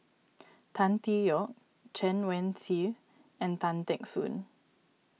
Tan Tee Yoke Chen Wen Hsi and Tan Teck Soon